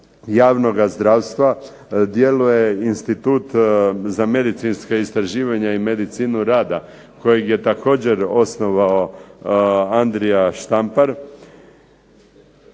javnoga zdravstva djeluje institut za medicinska istraživanja i medicinu rada kojeg je također osnova Andrija Štampar